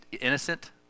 innocent